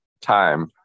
Time